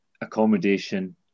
accommodation